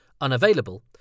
unavailable